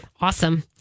Awesome